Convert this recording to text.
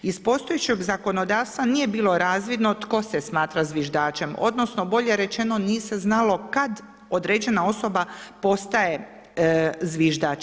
Iz postojećeg zakonodavstva, nije bilo razvidno tko se smatra zviždačem, odnosno, bolje rečeno, nije se znalo kada određena osoba postaje zviždač.